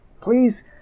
Please